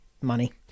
money